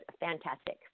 fantastic